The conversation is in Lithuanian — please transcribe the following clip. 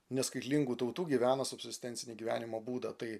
neskaitlingų tautų gyvena subegzistencinį gyvenimo būdą tai